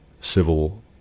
civil